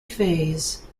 phase